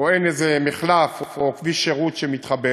או אין איזה מחלף או כביש שירות שמתחבר,